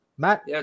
Matt